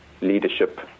leadership